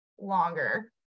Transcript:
longer